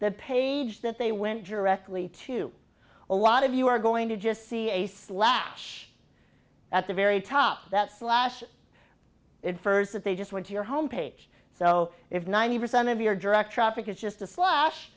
that page that they went directly to a lot of you are going to just see a slash at the very top that slash infers that they just want your home page so if ninety percent of your direct traffic is just a slash